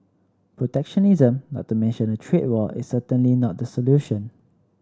protectionism not to mention a trade war is certainly not the solution